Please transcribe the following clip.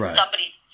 somebody's